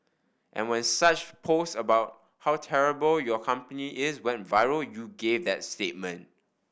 and when such posts about how terrible your company is went viral you gave that statement